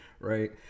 Right